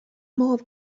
mauve